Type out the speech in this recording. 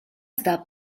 sta